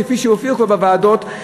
וכאלה כבר הופיעו בוועדות,